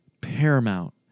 paramount